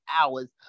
hours